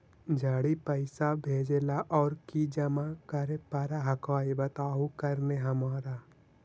जड़ी पैसा भेजे ला और की जमा करे पर हक्काई बताहु करने हमारा?